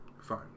Fine